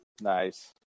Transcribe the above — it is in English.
nice